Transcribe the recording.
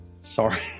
Sorry